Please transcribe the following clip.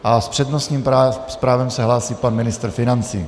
S přednostním právem se hlásí pan ministr financí.